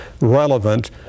relevant